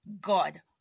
God